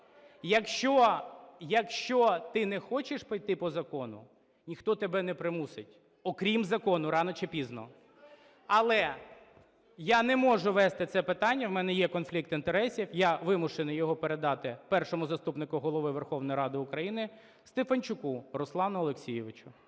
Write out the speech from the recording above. Якщо ти не хочеш піти по закону, ніхто тебе не примусить, окрім закону рано чи пізно. Але я не можу вести це питання, в мене є конфлікт інтересів. Я вимушений його передати Першому заступнику Голови Верховної Ради України Стефанчуку Руслану Олексійовичу.